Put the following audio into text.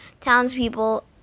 townspeople